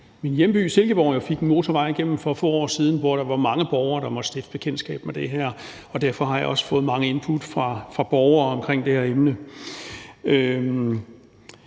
min hjemby, Silkeborg, for få år siden fik en motorvej igennem, hvor der var mange borgere, der måtte stifte bekendtskab med det her. Derfor har jeg også fået mange input fra borgere omkring det her emne.